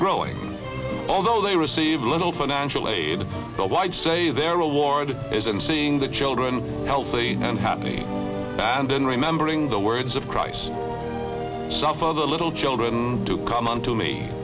growing although they receive little financial aid the whites say their award is in seeing the children healthy and happy and then remembering the words of christ suffer the little children to come unto me